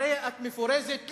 הרי את מפורזת לי.